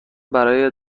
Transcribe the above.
برای